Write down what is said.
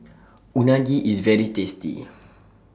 Unagi IS very tasty